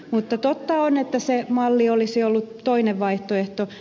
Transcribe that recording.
mutta totta on että se malli olisi ollut toinen vaihtoehto